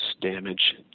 damage